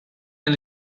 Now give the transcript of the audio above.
and